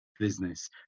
business